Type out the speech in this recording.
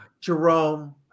Jerome